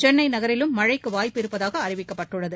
சென்னை நகரிலும் மழைக்கு வாய்ப்பு இருப்பதாக அழிவிக்கப்பட்டுள்ளது